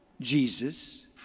Jesus